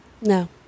No